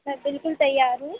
sir बिल्कुल तैयार हूँ